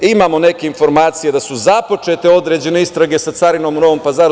Imamo neke informacije da su započete određene istrage sa carinom u Novom Pazaru.